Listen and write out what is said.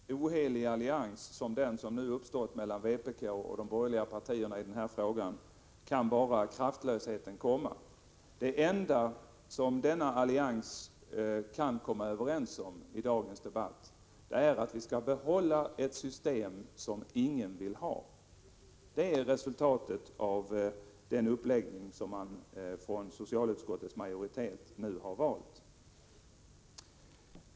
Herr talman! Ur en ohelig allians som den som nu i den här frågan uppstått mellan vpk och de borgerliga partierna kan bara kraftlöshet komma. Det enda som medlemmarna i denna allians i dagens debatt kan komma överens om är att vi skall behålla ett system som ingen vill ha. Det är resultatet av den uppläggning som socialutskottets majoritet nu har valt.